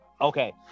Okay